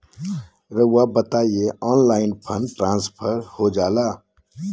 रहुआ बताइए online fund transfer हो जाला?